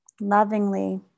lovingly